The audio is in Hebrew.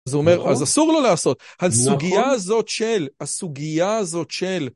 זה אומר אז אסור לו לעשות, הסוגיה הזאת של